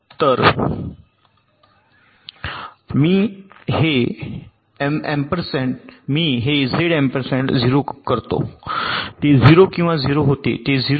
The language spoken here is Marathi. तर मी हे झेड एम्परसँड 0 करते ते 0 किंवा 0 होते ते 0 होते